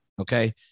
okay